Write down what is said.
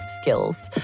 skills